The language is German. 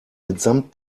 mitsamt